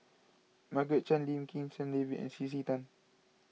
Margaret Chan Lim Kim San David and C C Tan